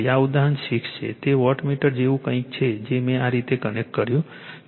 આ ઉદાહરણ 6 છે તે વોટમીટર જેવુ કંઈક છે જે મેં આ રીતે કનેક્ટ કર્યું છે